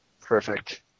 Perfect